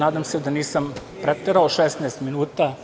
Nadam se da nisam preterao, 16 minuta.